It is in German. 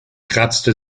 kratzte